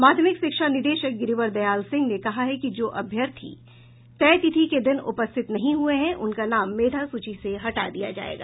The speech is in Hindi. माध्यमिक शिक्षा निदेशक गिरिवर दयाल सिंह ने कहा है कि जो अभ्यर्थी तय तिथि के दिन उपस्थित नहीं हुए हैं उनका नाम मेधा सूची से हटा दिया जायेगा